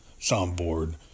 soundboard